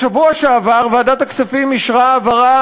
בשבוע שעבר ועדת הכספים אישרה העברה